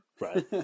right